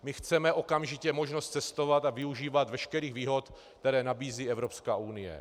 My chceme okamžitě možnost cestovat a využívat veškerých výhod, které nabízí Evropská unie.